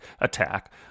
attack